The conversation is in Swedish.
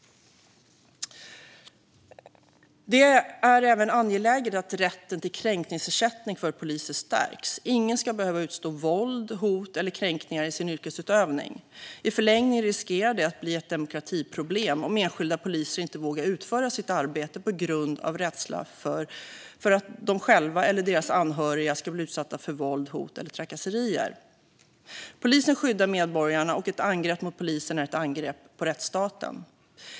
Det är även angeläget att rätten till kränkningsersättning för poliser stärks. Ingen ska behöva utstå våld, hot eller kränkningar i sin yrkesutövning. I förlängningen riskerar det att bli ett demokratiproblem om enskilda poliser inte vågar utföra sitt arbete på grund av rädsla för att de själva eller deras anhöriga ska bli utsatta för våld, hot eller trakasserier. Polisen skyddar medborgarna, och ett angrepp mot polisen är ett angrepp på rättsstaten.